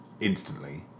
instantly